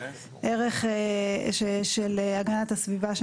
של הגנת הסביבה,